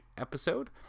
episode